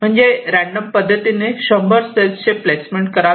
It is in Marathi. म्हणजे रँडम पद्धतीने 100 सेल्स चे प्लेसमेंट करावे